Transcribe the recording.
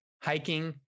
hiking